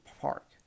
Park